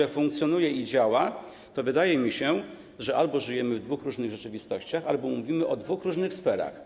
które funkcjonuje i działa, to wydaje mi się, że albo żyjemy w dwóch różnych rzeczywistościach, albo mówimy o dwóch różnych sferach.